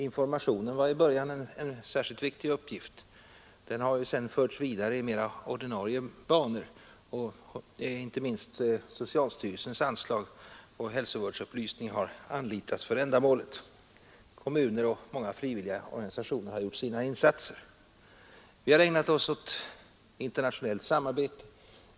Informationen var i början en särskilt viktig uppgift. Den har sedan förts vidare i mera ordinarie banor, och inte minst socialstyrelsens anslag och hälsovårdsupplysning har anlitats för ändamålet. Kommuner och många frivilliga organisationer har gjort sina insatser. Vi har ägnat oss åt internationellt samarbete.